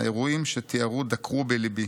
האירועים שתיארו דקרו בליבי.